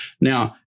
now